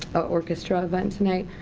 orchestra event tonight.